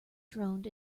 droned